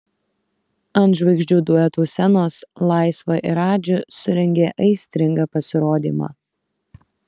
ant žvaigždžių duetų scenos laisva ir radži surengė aistringą pasirodymą